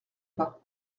pas